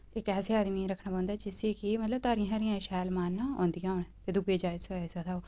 इक ऐसे आदमियें गी रक्खना पौंदा ऐ जिसी कि मतलब तारियां शारियां शैल मारनियां औंदियां होन दूऐ गी जाच सखाई सकदा होग